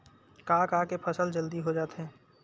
का का के फसल जल्दी हो जाथे?